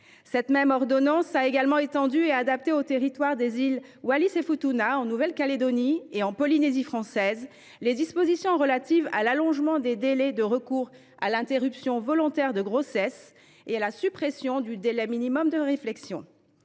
Cette même ordonnance a également étendu et adapté au territoire des îles Wallis et Futuna, en Nouvelle Calédonie et en Polynésie française les dispositions relatives à l’allongement des délais de recours à l’interruption volontaire de grossesse et à la suppression du délai minimum de réflexion.